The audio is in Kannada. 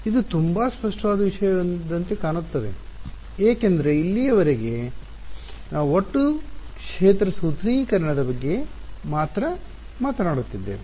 ಇದು ತುಂಬಾ ಸ್ಪಷ್ಟವಾದ ವಿಷಯದಂತೆ ಕಾಣಿಸುತ್ತದೆ ಏಕೆಂದರೆ ಇಲ್ಲಿಯವರೆಗೆ ನಾವು ಒಟ್ಟು ಕ್ಷೇತ್ರ ಸೂತ್ರೀಕರಣದ ಬಗ್ಗೆ ಮಾತ್ರ ಮಾತನಾಡುತ್ತಿದ್ದೇವೆ